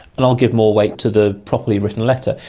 and i'll give more weight to the properly written letter.